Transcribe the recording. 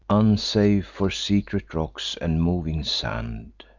unsafe, for secret rocks and moving sand.